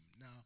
Now